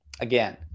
again –